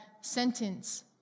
sentence